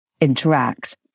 interact